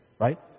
Right